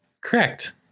Correct